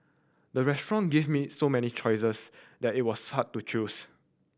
the restaurant give me so many choices that it was hard to choose